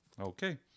okay